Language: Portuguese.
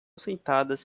sentadas